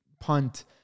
punt